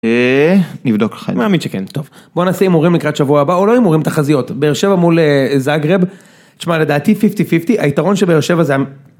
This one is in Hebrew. נבדוק לך. אני מאמין שכן. טוב, בוא נעשה הימורים לקראת שבוע הבא, או לא הימורים, תחזיות. באר שבע מול זאגרב. תשמע לדעתי 50:50 היתרון של באר שבע זה